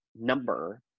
number